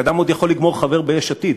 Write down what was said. אדם עוד יכול לגמור חבר ביש עתיד,